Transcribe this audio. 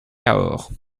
cahors